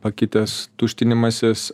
pakitęs tuštinimasis